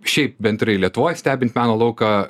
šiaip bendrai lietuvoj stebint meno lauką